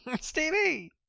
stevie